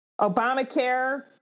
Obamacare